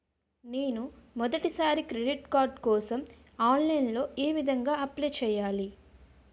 నేను మొదటిసారి credit card కోసం ఆన్లైన్ లో ఏ విధంగా అప్లై చేయాలి?